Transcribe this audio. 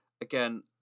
Again